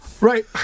Right